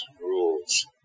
Rules